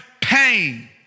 pain